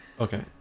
Okay